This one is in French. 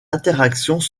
interactions